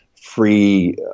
free